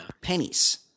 pennies